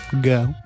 Go